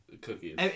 cookies